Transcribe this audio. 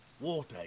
Water